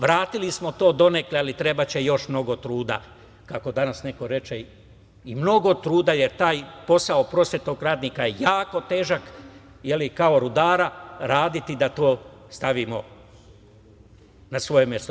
Vratili smo to donekle, ali trebaće još mnogo truda, kako danas neko reče, mnogo truda, jer taj posao prosvetnog radnika je jako težak, kao rudara, raditi da to stavimo na svoje mesto.